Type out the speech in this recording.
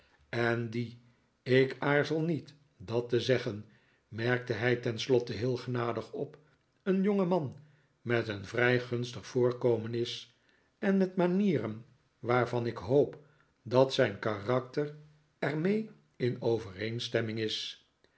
en die ik aarzel niet dat te zeggen merkte hij tenslotte heel genadig op een jongeman met een vrij gunstig voorkomen is en met manieren waarvan ik hoop dat zijn karakter er mee in overeenstemming is